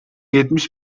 yetmiş